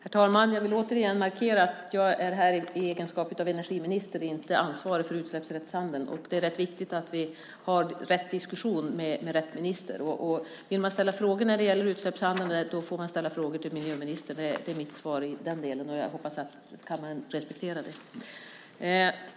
Herr talman! Jag vill återigen markera att jag är här i min egenskap av energiminister, och jag är inte ansvarig för utsläppsrättshandeln. Det är viktigt att vi har rätt diskussion med rätt minister. Vill man ställa frågor när det gäller utsläppshandel får de riktas till miljöministern. Det är mitt svar i den delen, och jag hoppas att kammaren respekterar det.